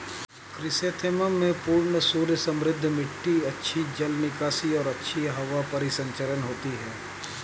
chrysanthemum में पूर्ण सूर्य समृद्ध मिट्टी अच्छी जल निकासी और अच्छी हवा परिसंचरण होती है